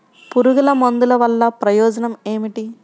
పురుగుల మందుల వల్ల ప్రయోజనం ఏమిటీ?